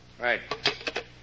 Right